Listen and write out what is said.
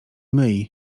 myj